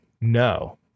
no